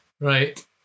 Right